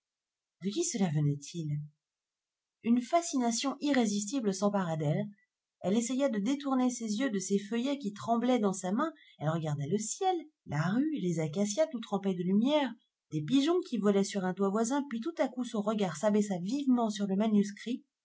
de qui cela venait-il une fascination irrésistible s'empara d'elle elle essaya de détourner ses yeux de ces feuillets qui tremblaient dans sa main elle regarda le ciel la rue les acacias tout trempés de lumière des pigeons qui volaient sur un toit voisin puis tout à coup son regard s'abaissa vivement sur le manuscrit